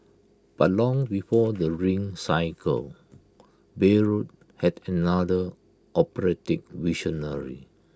but long before the ring Cycle Bayreuth had another operatic visionary